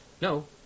No